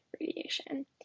radiation